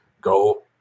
Go